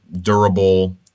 durable